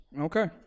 Okay